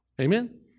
Amen